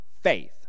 faith